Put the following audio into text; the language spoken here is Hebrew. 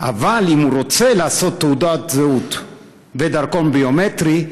אבל אם הוא רוצה לעשות תעודת זהות ודרכון ביומטריים,